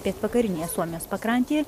pietvakarinėje suomijos pakrantėje